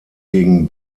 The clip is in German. gegen